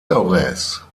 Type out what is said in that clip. torres